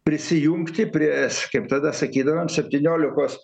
prisijungti prie es kaip tada sakydavom septyniolikos